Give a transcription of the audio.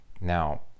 Now